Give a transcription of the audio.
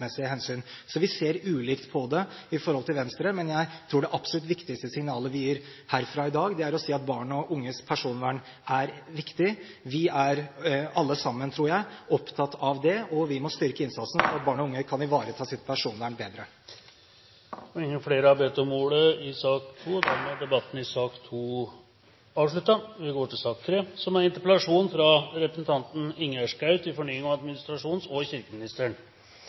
hensyn. Så vi ser ulikt på det i forhold til Venstre. Jeg tror det absolutt viktigste signalet vi gir herfra i dag, er å si at barn og unges personvern er viktig. Vi er alle sammen, tror jeg, opptatt av det, og vi må styrke innsatsen for at barn og unge kan ivareta sitt personvern bedre. Flere har ikke bedt om ordet til sak nr. 2. Jeg kan ikke få understreket nok at konkurranse har vært med på å gi oss det velferdssamfunnet vi